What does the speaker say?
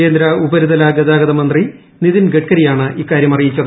കേന്ദ്ര ഉപരിതല ഗതാഗത മന്ത്രി നിതിൻ ഗഡ്കരിയാണ് ഇക്കാര്യം അറിയിച്ചത്